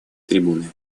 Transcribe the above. трибуны